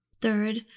Third